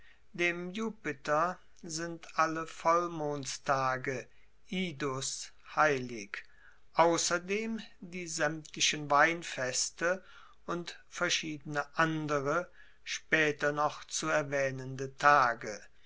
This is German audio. dem jupiter sind alle vollmondstage idus heilig ausserdem die saemtlichen weinfeste und verschiedene andere spaeter noch zu erwaehnende tage